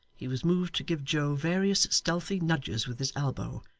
he was moved to give joe various stealthy nudges with his elbow,